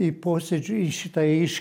į posėdžių į šitą iš